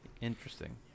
Interesting